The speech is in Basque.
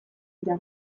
dira